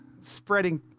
spreading